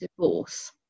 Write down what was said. divorce